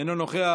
אינו נוכח.